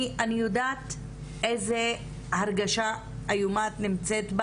אני יודעת באיזו הרגשה איומה את נמצאת,